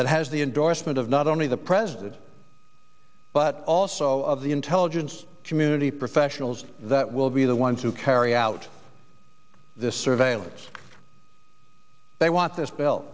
that has the endorsement of not only the president but also of the intelligence community professionals that will be the ones to carry out this surveillance they want this bill